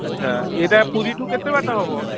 ଆଚ୍ଛା ଏଇଟା ପୁରୀଠୁ କେତେ ବାଟ ହେବ